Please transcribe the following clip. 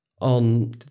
on